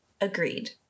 Agreed